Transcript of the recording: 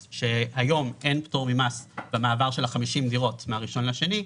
שהיום אין פטור ממס במעבר של ה-50 דירות מהראשון לשני,